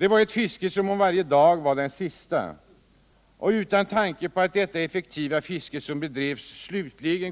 Det var ett fiske som om varje dag var den sista, och man hade ingen tanke på att detta effektiva fiske